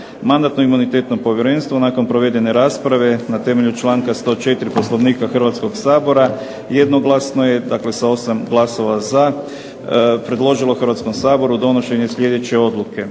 Mandatno-imunitetno povjerenstvo nakon provedene rasprave na temelju članka 104. Poslovnika Hrvatskoga sabora jednoglasno je, dakle sa 8 glasova za, predložilo Hrvatskom saboru donošenje sljedeće odluke.